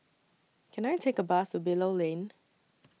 Can I Take A Bus to Bilal Lane